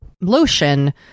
lotion